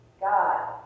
God